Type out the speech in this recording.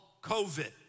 covid